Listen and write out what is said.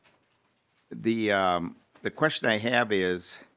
the the question i have is